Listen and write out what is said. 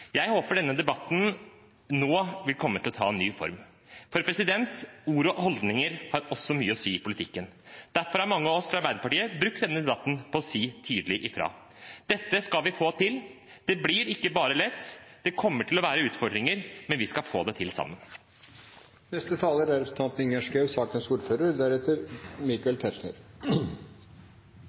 Jeg håper denne debatten nå vil komme til å ta en ny form, for ord og holdninger har også mye å si i politikken. Derfor har mange av oss fra Arbeiderpartiet brukt denne debatten til å si tydelig fra. Dette skal vi få til. Det blir ikke bare lett, det kommer til å være utfordringer, men vi skal få det til sammen. Jeg merket meg representanten